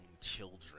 children